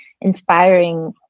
inspiring